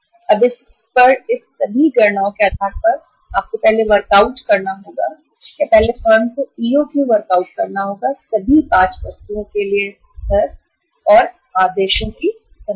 अब इस पर इस सभी गणनाओं के आधार पर आपको पहले वर्कआउट करना होगा या पहले फर्म को EOQ वर्कआउट करना होगा सभी 5 वस्तुओं के लिए स्तर आदेशों की संख्या